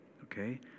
okay